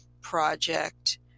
project